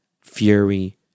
Fury